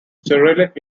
cyrillic